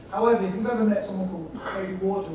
however, if you've ever met someone called kate